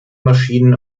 maschinen